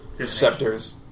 scepters